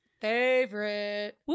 favorite